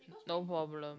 no problem